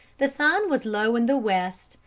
the sun was low in the west,